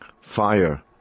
fire